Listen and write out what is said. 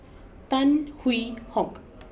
Tan Hwee Hock